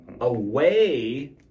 away